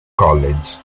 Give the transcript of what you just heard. college